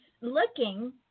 looking